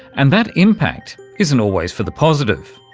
and that impact isn't always for the positive.